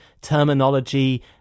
terminology